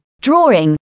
drawing